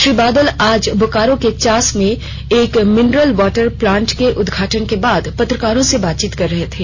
श्री बादल आज बोकारो के चास में एक मिनरल वाटर प्लांट के उदघाटन के बाद पत्रकारों से बातचीत कर रहे थे